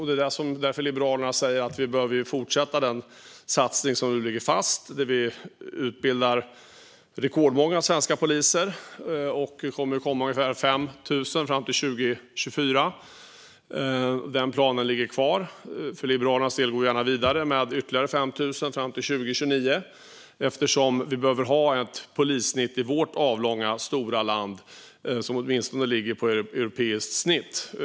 Det är därför Liberalerna säger att vi behöver fortsätta med den satsning som nu ligger fast, där vi utbildar rekordmånga svenska poliser. Det kommer att komma ungefär 5 000 fram till 2024. Den planen ligger kvar. För Liberalernas del går vi gärna vidare med ytterligare 5 000 fram till 2029, eftersom vi behöver ha ett polissnitt i vårt avlånga och stora land som åtminstone ligger på ett europeiskt snitt.